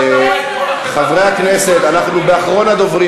חברי הכנסת, אנחנו באחרון הדוברים.